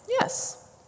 Yes